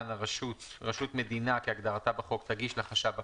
רשות מדינה כהגדרתה בחוק תגיש לחשב הכללי.